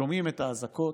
שומעים את האזעקות,